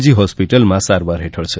જી હોસ્પિટલમાં સારવાર હેઠળ છે